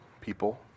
people